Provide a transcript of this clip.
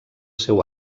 seu